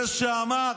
זה שאמר: